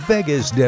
Vegas